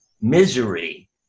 misery